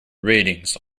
ratings